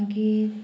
मागीर